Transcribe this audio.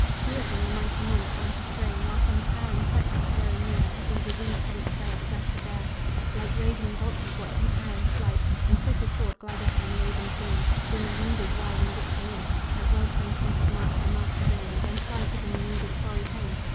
piercing the mighty monarch on his throne while from a towering cypress growing near every disease to which frail flesh is heir like ravening vultures watch each arrow's flight, and quick as thought glide off on raven's wings to bring the wounded, writhing victim in as well-trained hunters mark their master's aim, then fly to bring the wounded quarry home.